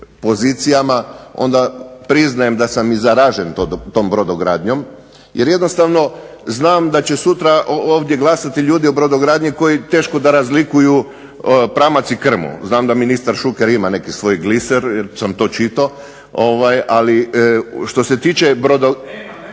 pozicijama onda priznajem da sam i zaražen tom brodogradnjom jer jednostavno znam da će sutra ovdje glasati ljudi o brodogradnji koji teško da razlikuju pramac i krmu. Znam da ministar Šuker ima neki svoj gliser jer sam to čitao, ali što se tiče… … /Upadica